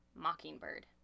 Mockingbird